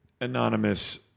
Anonymous